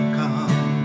come